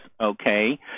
okay